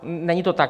Není to tak.